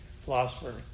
philosopher